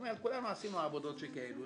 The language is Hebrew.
כולנו עשינו עבודות שכאלו,